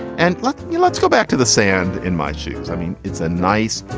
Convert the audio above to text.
and let's let's go back to the sand in my shoes i mean, it's a nice,